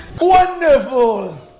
Wonderful